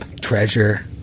treasure